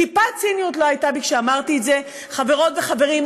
טיפת ציניות לא הייתה בי כשאמרתי את זה: חברות וחברים,